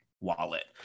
wallet